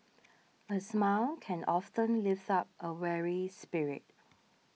a smile can often lift up a weary spirit